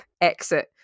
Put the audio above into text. exit